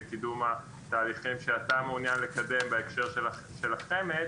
בקידום התהליכים שאתה מעוניין לקדם בהקשר של החמ"ד